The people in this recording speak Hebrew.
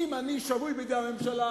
אם אני שבוי בידי הממשלה,